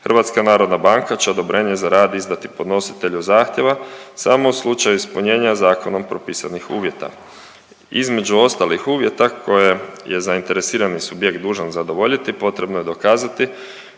servisiranja kredita. HNB će odobrenje za rad izdati podnositelju zahtjeva samo u slučaju ispunjenja zakonom propisanih uvjeta. Između ostalih uvjeta koje je zainteresirani subjekt dužan zadovoljiti, potrebno je dokazati